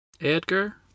Edgar